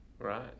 Right